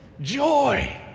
joy